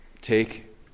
take